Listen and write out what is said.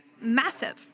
massive